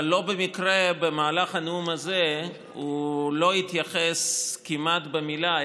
אבל לא במקרה הוא לא התייחס במילה כמעט לתוכן